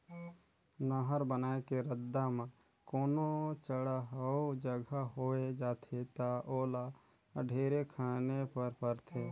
नहर बनाए के रद्दा म कोनो चड़हउ जघा होवे जाथे ता ओला ढेरे खने पर परथे